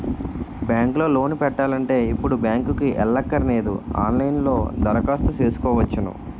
bank లో loan పెట్టాలంటే ఇప్పుడు బ్యాంకుకి ఎల్లక్కరనేదు ఆన్ లైన్ లో దరఖాస్తు సేసుకోవచ్చును